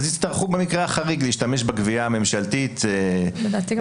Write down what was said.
אז יצטרכו במקרה החריג להשתמש בגבייה הממשלתית או בדרך אחרת.